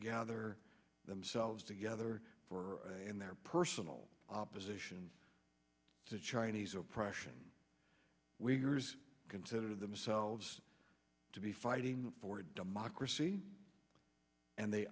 gather themselves together for in their personal opposition to chinese oppression we consider themselves to be fighting for democracy and they